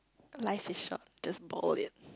life is short just bowl it